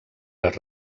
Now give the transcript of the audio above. les